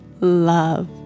love